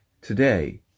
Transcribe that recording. today